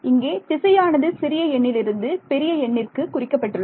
இங்கே திசையானது சிறிய எண்ணிலிருந்து பெரிய எண்ணிற்கு குறிக்கப்பட்டுள்ளது